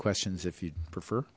questions if you'd prefer